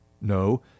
no